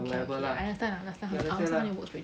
okay okay I understand I understand